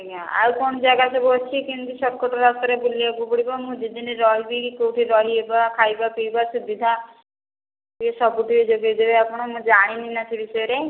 ଆଜ୍ଞା ଆଉ କଣ ଯାଗା ସବୁ ଅଛି କେମିତି ସର୍ଟକଟ ରାସ୍ତାରେ ବୁଲିବାକୁ ପଡ଼ିବ ମୁଁ ଦୁଇ ଦିନ ରହିବି କେଉଁଠି ରହିବା ଖାଇବା ପିଇବା ସୁବିଧା ଟିକେ ସବୁ ଟିକେ ଯୋଗାଇ ଦେବେ ଆପଣ ମୁଁ ଜାଣିନି ନା ସେ ବିଷୟରେ